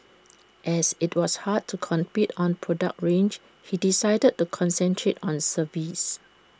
as IT was hard to compete on product range he decided to concentrate on service